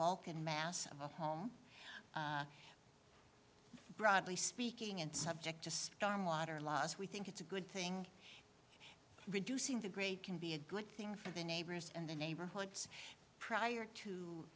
balkan mass of a home broadly speaking and subject just dharm water laws we think it's a good thing reducing the grade can be a good thing for the neighbors and the neighborhoods prior to